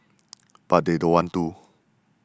but they don't want to